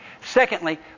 Secondly